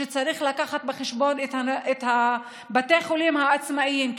שצריך לקחת בחשבון את בתי החולים העצמאיים,